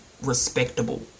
respectable